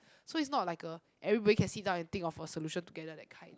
so it's not like a everybody can sit down and think of a solution together that kind